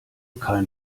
kein